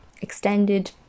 extended